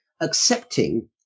accepting